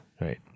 right